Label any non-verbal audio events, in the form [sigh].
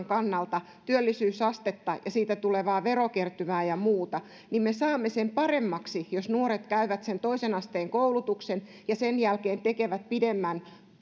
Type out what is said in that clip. [unintelligible] kannalta työllisyysastetta ja siitä tulevaa verokertymää ja muuta niin me saamme sen paremmaksi jos nuoret käyvät sen toisen asteen koulutuksen ja sen jälkeen tekevät pidemmän